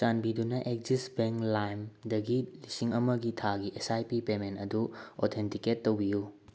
ꯆꯥꯟꯕꯤꯗꯨꯅ Axis bank ꯂꯥꯏꯝꯗꯒꯤ ꯂꯤꯁꯤꯡ ꯑꯃꯒꯤ ꯊꯥꯒꯤ ꯑꯦꯁ ꯑꯥꯏ ꯄꯤ ꯄꯦꯃꯦꯟ ꯑꯗꯨ ꯑꯣꯊꯦꯟꯇꯤꯀꯦꯠ ꯇꯧꯕꯤꯌꯨ